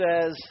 says